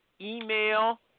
email